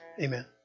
Amen